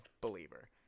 believer